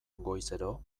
goizero